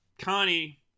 Connie